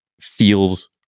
feels